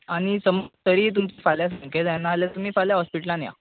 आनी समज तरी तुमी फाल्यां सामके जायना जाल्यार तुमी हॉस्पिटलांत या